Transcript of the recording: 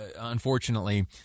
unfortunately